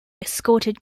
escorted